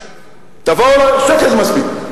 שקל זה מספיק.